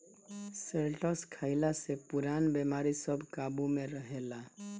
शैलटस खइला से पुरान बेमारी सब काबु में रहेला